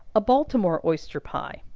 a baltimore oyster pie.